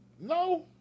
No